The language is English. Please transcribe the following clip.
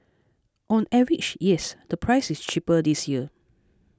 on average yes the price is cheaper this year